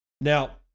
Now